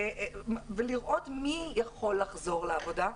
ולראות מי יכול לחזור לעבודה,